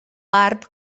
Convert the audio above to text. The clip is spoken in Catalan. barb